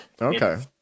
Okay